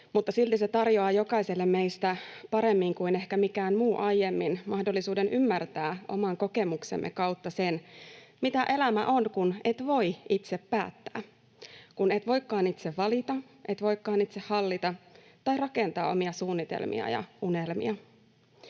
silti se tarjoaa jokaiselle meistä paremmin kuin ehkä mikään muu aiemmin mahdollisuuden ymmärtää oman kokemuksemme kautta sen, mitä elämä on, kun et voi itse päättää, kun et voikaan itse valita, et voikaan itse hallita tai rakentaa omia suunnitelmia ja unelmia.